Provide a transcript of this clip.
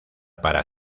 para